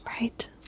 Right